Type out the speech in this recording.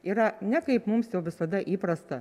yra ne kaip mums jau visada įprasta